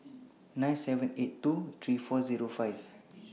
nine seven eight two three four Zero five